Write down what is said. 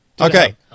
Okay